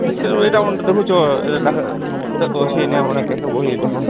ଦୁଇଶହ ବହିଟା ଆମ ତ ଦେଖୁଛ ଏଟା ତ ଅଛି ଏଇନା କେତେ ବହି ଦେଖ